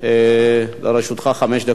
לרשותך חמש דקות.